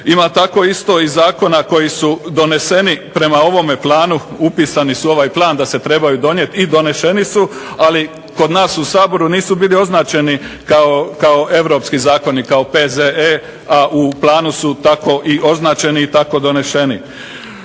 Ima tako isto i zakona koji su doneseni prema ovome planu, upisani su u ovaj plan da se trebaju donijeti i doneseni su, ali kod nas u Saboru nisu bili označeni kao europski zakoni kao P.Z.E., a u planu su tako i označeni i tako doneseni.